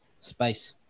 space